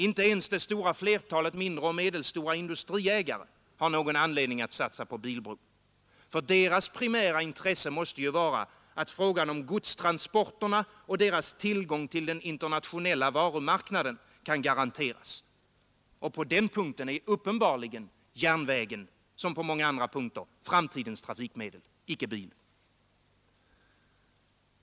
Inte ens det stora flertalet mindre och medelstora industriägare har någon anledning att satsa på bilbron. Deras primära intresse måste ju vara att godstransporterna och tillgången till den internationella varumarknaden garanteras, och på den punkten är uppenbarligen järnvägen, liksom på många andra punkter, framtidens trafikmedel, icke bilen.